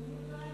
למי הוא דואג?